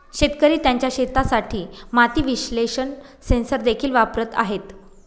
शेतकरी त्यांच्या शेतासाठी माती विश्लेषण सेन्सर देखील वापरत आहेत